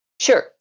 Sure